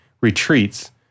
retreats